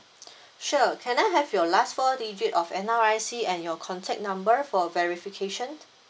sure can I have your last four digit of N_R_I_C and your contact number for verification